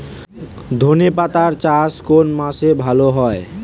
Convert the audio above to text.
ধনেপাতার চাষ কোন মাসে ভালো হয়?